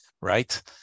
right